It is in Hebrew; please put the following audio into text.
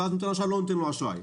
ואז לא נותן לו אשראי.